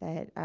that,